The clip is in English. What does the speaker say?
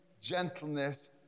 gentleness